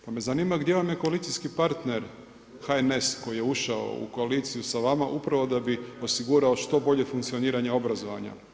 Pa me zanima, gdje vam je koalicijski partner HNS koji je ušao u koaliciju s vama, upravo da bi osigurao što bolje funkcioniranje obrazovanja.